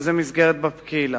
שזה מסגרת בקהילה.